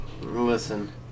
Listen